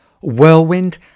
whirlwind